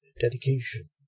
dedication